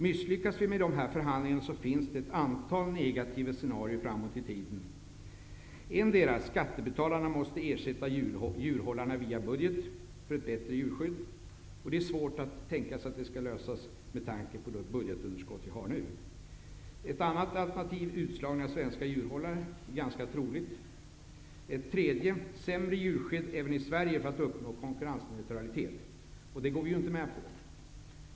Misslyckas förhandlingarna finns det ett antal negativa scenarier framåt i tiden. Ett scenarium är att skattebetalarna måste ersätta djurhållarna via budgeten för ett bättre djurskydd. Det är svårt att tänka sig hur det skall kunna gå med tanke på rådande budgetunderskott. Ett annat troligt alternativ är utslagning av svenska djurhållare. Ett tredje är ett sämre djurskydd även i Sverige för att på så sätt kunna uppnå konkurrensneutralitet. Men det går vi inte med på.